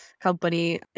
company